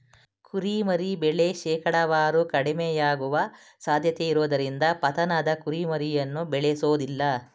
ಕುರಿಮರಿ ಬೆಳೆ ಶೇಕಡಾವಾರು ಕಡಿಮೆಯಾಗುವ ಸಾಧ್ಯತೆಯಿರುವುದರಿಂದ ಪತನದ ಕುರಿಮರಿಯನ್ನು ಬೇಳೆಸೋದಿಲ್ಲ